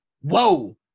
whoa